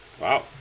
Wow